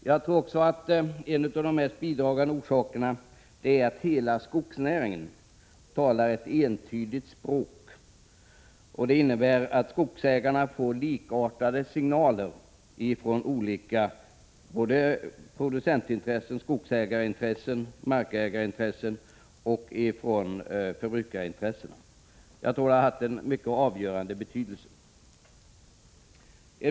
Jag tror också att en orsak är att hela skogsnäringen talar ett entydigt språk, vilket innebär att skogsägarna får likartade signaler från olika håll: producentintressen, skogsägarintressen, markägarintressen och förbrukarintressen. Enligt min mening har detta en avgörande betydelse.